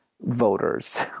voters